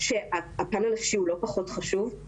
שהוא לא פחות חשוב.